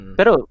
Pero